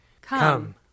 Come